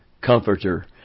comforter